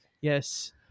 Yes